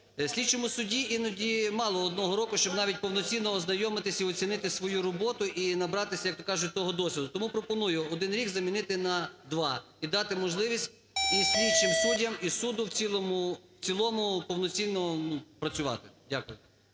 слідчому судді іноді мало одного року, щоб навіть повноцінно ознайомитись і оцінити свою роботу і набратись, як то кажуть, того досвіду. Тому пропоную один рік замінити на два і дати можливість і слідчим суддям, і суду в цілому повноцінно працювати. Дякую.